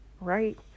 right